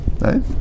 right